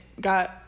got